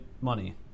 money